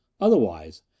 otherwise